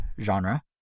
genre